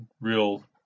real